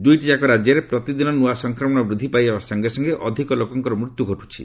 ଦୁଇଟି ଯାକ ରାଜ୍ୟରେ ପ୍ରତିଦିନ ନୂଆ ସଂକ୍ରମଣ ବୃଦ୍ଧି ପାଇବା ସଙ୍ଗେ ସଙ୍ଗେ ଅଧିକ ଲୋକଙ୍କର ମୃତ୍ୟୁ ଘଟୁଛି